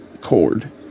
cord